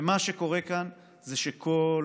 ומה שקורה כאן זה שכל